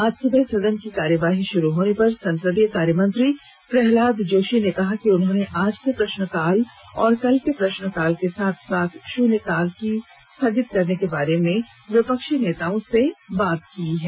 आज सुबह सदन की कार्यवाही शुरू होने पर संसदीय कार्यमंत्री प्रल्हाद जोशी ने कहा कि उन्होंने आज के प्रश्नकाल और कल के प्रश्नकाल के साथ साथ शुन्यकाल स्थगित करने के बारे में विपक्षी नेताओं से बात कर ली है